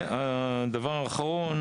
והדבר האחרון